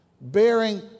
bearing